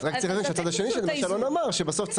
יש את מה שאלון אמר בסוף,